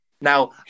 Now